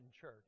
church